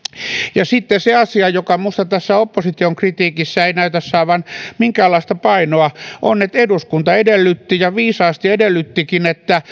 ja sitten se asia joka minusta tässä opposition kritiikissä ei näytä saavan minkäänlaista painoa on että eduskunta edellytti ja viisaasti edellyttikin että